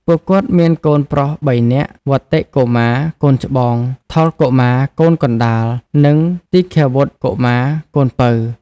ពួកគាត់មានកូនប្រុសបីនាក់ វត្តិ កុមារ (កូនច្បង) ថុល កុមារ (កូនកណ្ដាល) និងទីឃាវុត្ត កុមារ (កូនពៅ)។